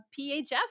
PHF